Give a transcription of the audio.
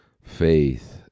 faith